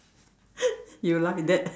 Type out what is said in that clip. you like that